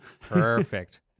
Perfect